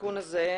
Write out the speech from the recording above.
בתיקון הזה,